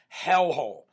hellhole